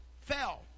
fell